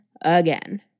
again